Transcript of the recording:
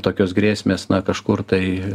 tokios grėsmės na kažkur tai